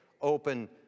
open